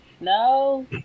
No